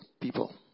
people